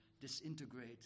disintegrate